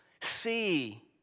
see